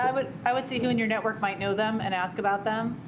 i would i would see who in your network might know them and ask about them.